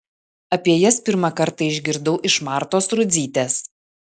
apie jas pirmą kartą išgirdau iš martos rudzytės